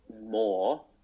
more